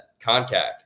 Contact